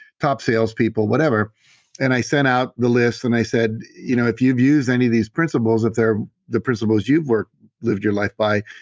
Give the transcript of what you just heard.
top salespeople, whatever and i sent out the list and i said, you know if you've used any of these principles, if they're the principles you've lived your life by,